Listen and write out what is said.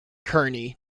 kearny